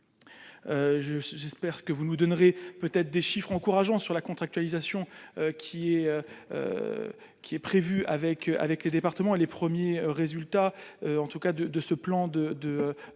j'espère que vous nous donnerez peut-être des chiffres encourageants sur la contractualisation qui est qui est prévu avec avec les départements et les premiers résultats en tout cas de de